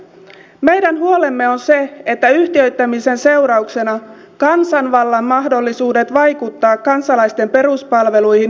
meidän huolemme on se että yhtiöittämisen seurauksena kansanvallan mahdollisuudet vaikuttaa kansalaisten peruspalveluihin vaarantuvat vakavasti